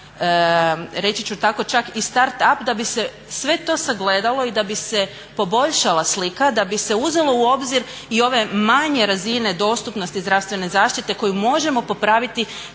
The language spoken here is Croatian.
reći ću tako čak i start up da bi se sve to sagledalo i da bi se poboljšala slika, da bi se uzelo u obzir i ove manje razine dostupnosti zdravstvene zaštite koju možemo popraviti